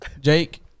Jake